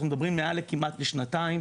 אנחנו מדברים על כמעט מעל לשנתיים.